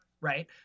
right